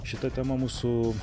šita tema mūsų